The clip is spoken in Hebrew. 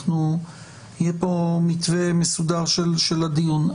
יהיה פה מתווה מסודר של הדיון.